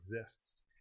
exists